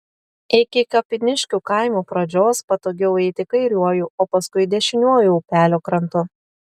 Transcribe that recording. iki kapiniškių kaimo pradžios patogiau eiti kairiuoju o paskui dešiniuoju upelio krantu